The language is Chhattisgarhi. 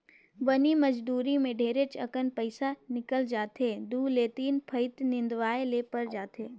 बनी मजदुरी मे ढेरेच अकन पइसा निकल जाथे दु ले तीन फंइत निंदवाये ले पर जाथे